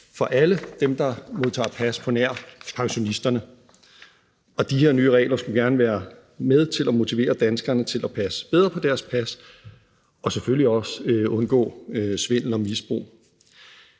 for alle dem, der modtager pas, på nær pensionisterne. Og de her nye regler skulle gerne være med til at motivere danskerne til at passe bedre på deres pas – og selvfølgelig også være med til at undgå svindel og misbrug.